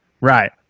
Right